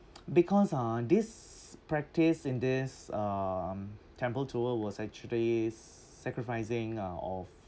because uh this practice in this um temple tour was actually sacrificing a of~